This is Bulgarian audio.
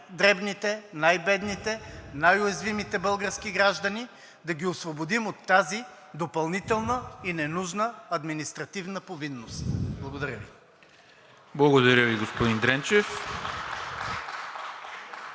най-дребните, най-бедните, най-уязвимите български граждани. Да ги освободим от тази допълнителна и ненужна административна повинност. Благодаря Ви. (Ръкопляскания от